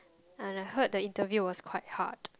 and I heard the interview was quite hard